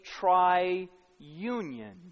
triunion